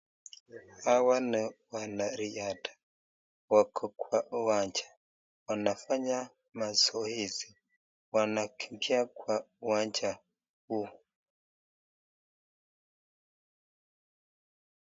Hawa ni wanariadha wako kwa uwanja wanafanya mazoezi, wanakimbia kwa uwanja huu.